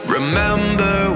Remember